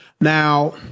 Now